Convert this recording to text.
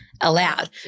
allowed